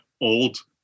old